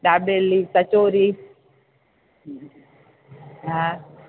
दाबेली कचोरी हा